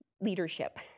leadership